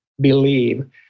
believe